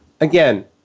again